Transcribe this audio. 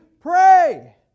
pray